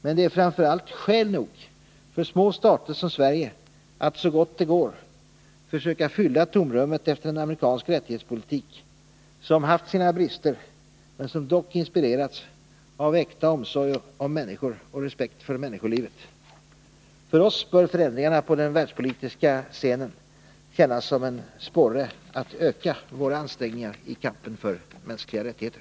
Men det är framför allt skäl nog för små stater som Sverige att, så gott det går, försöka fylla tomrummet efter en amerikansk rättighetspolitik som haft sina brister men som dock inspirerats av äkta omsorg om människor och respekt för människolivet. För oss bör förändringarna på den världspolitiska scenen kännas som en sporre att öka våra ansträngningar i kampen för mänskliga rättigheter.